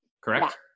correct